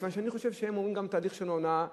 מכיוון שאני חושב שהם עוברים גם תהליך של הונאה.